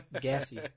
gassy